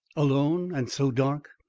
alone and so dark?